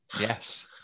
Yes